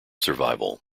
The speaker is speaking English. survival